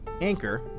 Anchor